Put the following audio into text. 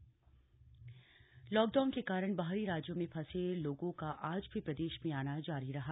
Chamoli update lockdown के कारण बाहरी राज्यों में फंसे लोगों का आज भी प्रदेश में आना जारी रहा